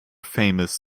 famous